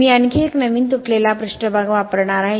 मी आणखी एक नवीन तुटलेला पृष्ठभाग वापरणार आहे